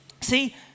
See